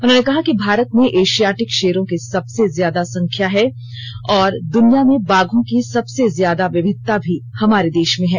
उन्होंने कहा कि भारत में एशियाटिक शेरों की सबसे ज्यादा संख्या है और द्वनिया में बाघों की सबसे ज्यादा विविधता भी हमारे देश में है